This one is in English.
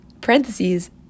parentheses